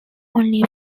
only